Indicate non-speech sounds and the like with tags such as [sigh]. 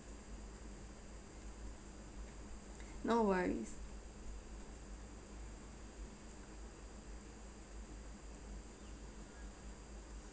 [breath] no worries